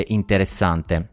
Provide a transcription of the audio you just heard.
interessante